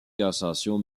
cassation